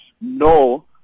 no